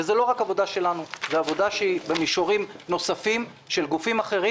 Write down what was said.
וזה לא רק עבודה שלנו אלא גם עבודה במישורים נוספים של גופים אחרים.